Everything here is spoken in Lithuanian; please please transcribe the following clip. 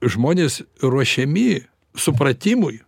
žmonės ruošiami supratimui